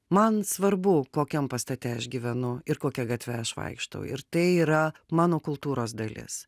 man svarbu kokiam pastate aš gyvenu ir kokia gatve aš vaikštau ir tai yra mano kultūros dalis